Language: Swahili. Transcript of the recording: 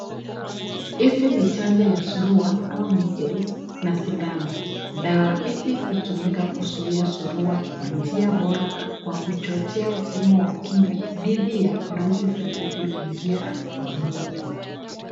Hizi ni chanjo ya surua au [meascles] na sindano. Dawa hizi hutumika kuzuia surua kwa njia bora kwa kuchochea mfumo wa kinga dhidi ya virusi vinavyoingia kwa mwili.